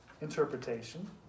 interpretation